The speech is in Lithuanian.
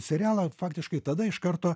serialą faktiškai tada iš karto